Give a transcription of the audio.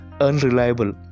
unreliable